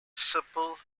simple